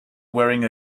wearing